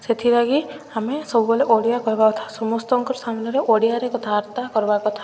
ସେଥିଲାଗି ଆମେ ସବୁବେଳେ ଓଡ଼ିଆ କହିବା କଥା ସମସ୍ତଙ୍କର ସାମ୍ନାରେ ଓଡ଼ିଆରେ କଥାବାର୍ତ୍ତା କରିବା କଥା